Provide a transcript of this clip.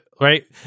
right